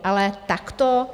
Ale takto?